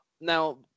Now